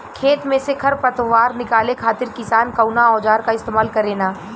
खेत में से खर पतवार निकाले खातिर किसान कउना औजार क इस्तेमाल करे न?